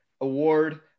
Award